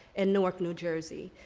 in newark, new jersey,